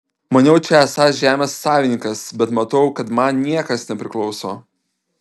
maniau čia esąs žemės savininkas bet matau kad man niekas nepriklauso